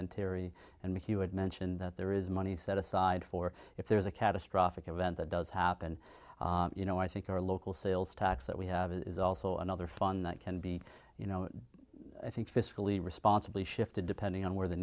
and terry and he would mention that there is money set aside for if there's a catastrophic event that does happen you know i think our local sales tax that we have is also another fund that can be you know i think fiscally responsibly shifted depending on where the